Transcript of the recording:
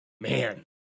man